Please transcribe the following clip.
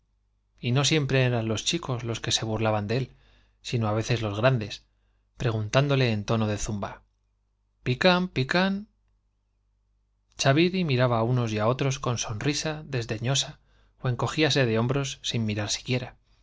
y no siempre eran los chicos los que se burlaban de él sino á veces los grandes preguntándole en tono de zumba pican pican chaviri miraba á unos y á otros con sonrisa desde llosa ó encogfase de hombros sin mirar siquiera